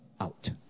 out